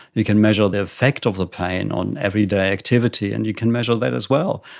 you can measure the effect of the pain on everyday activity, and you can measure that as well.